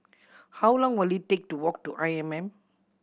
how long will it take to walk to I M M